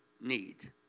need